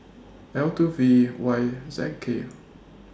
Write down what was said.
L two V Y Z K